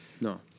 No